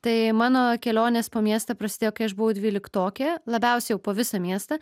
tai mano kelionės po miestą prasidėjo kai aš buvau dvyliktokė labiausiai jau po visą miestą